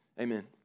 Amen